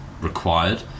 required